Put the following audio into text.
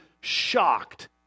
shocked